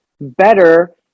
better